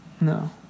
No